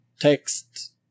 text